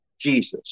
Jesus